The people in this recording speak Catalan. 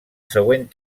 següent